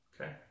okay